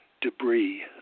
debris